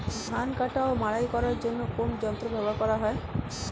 ধান কাটা ও মাড়াই করার জন্য কোন যন্ত্র ব্যবহার করা হয়?